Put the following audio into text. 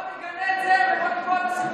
בוא תגנה את זה, אחמד.